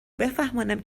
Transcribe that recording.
بفهمانم